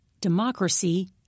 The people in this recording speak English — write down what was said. democracy